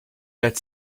that